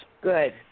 Good